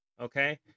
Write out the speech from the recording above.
okay